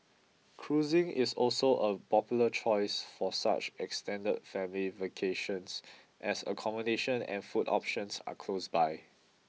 cruising is also a popular choice for such extended family vacations as accommodation and food options are close by